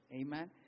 Amen